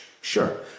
sure